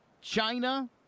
China